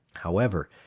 however,